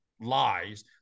lies